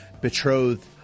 betrothed